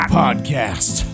podcast